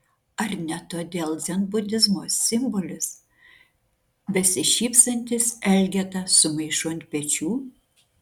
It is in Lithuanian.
ar ne todėl dzenbudizmo simbolis besišypsantis elgeta su maišu ant pečių